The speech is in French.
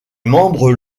membres